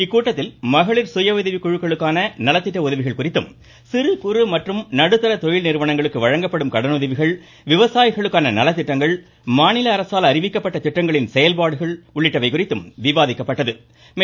இக்கூட்டத்தில் மகளிர் சுய உதவிக்குழுக்களுக்கான நலத்திட்ட உதவிகள் குறித்தும் சிறுகுறு மற்றும் நடுத்தர தொழில்நிறுவனங்களுக்கு வழங்கப்படும் கடனுதவிகள் விவசாயிகளுக்கான நலத்திட்டங்கள் மாநில அரசால் அறிவிக்கப்பட்ட திட்டங்களின் செயல்பாடுகள் குறித்தும் விவாதிக்கப்பட்டது